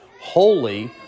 holy